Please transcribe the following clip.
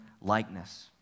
likeness